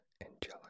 Angelica